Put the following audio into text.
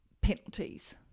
penalties